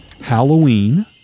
Halloween